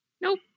Nope